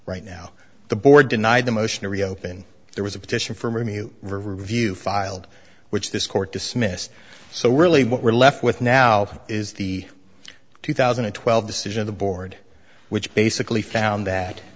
right now the board denied the motion to reopen there was a petition from you for review filed which this court dismissed so really what we're left with now is the two thousand and twelve decision the board which basically found that